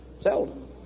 Seldom